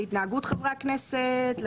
להתנהגות חברי הכנסת,